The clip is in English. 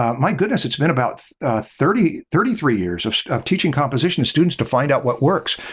um my goodness, it's been about thirty thirty three years of of teaching composition students to find out what works.